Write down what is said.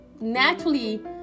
naturally